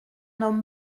homme